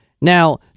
Now